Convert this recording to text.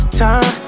time